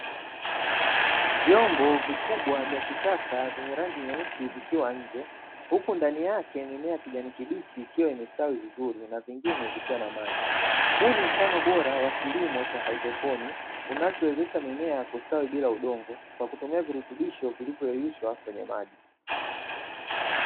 Vyombo vikubwa vya kisasa vyenye rangi nyeusi vikiwa nje, huku ndani yake mimea ya kijani kibichi ikiwa imestawi vizuri, na vingine vikiwa na maji. Huu ni mfano bora wa kilimo cha hydroponic, unachowezesha mimea kustawi bila udongo kwa kutumia virutubisho vilivyoyeyushwa kwenye maji.